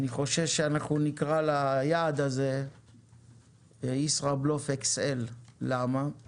אני חושש שאנחנו נקרא ליעד הזה "ישראבלוף XL". כי